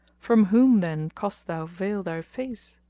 from whom, then, cost thou veil thy face?